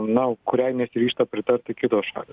na kuriai nesiryžta pritarti kitos šalys